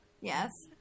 yes